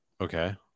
Okay